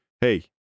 hey